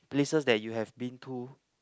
places that you have been to